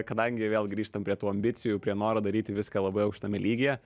kadangi vėl grįžtam prie tų ambicijų prie noro daryti viską labai aukštame lygyje